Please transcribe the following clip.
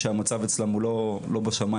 שהמצב אצלם הוא לא בשמים,